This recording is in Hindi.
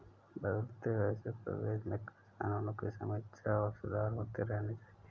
बदलते वैश्विक परिवेश में कृषि कानूनों की समीक्षा और सुधार होते रहने चाहिए